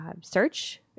search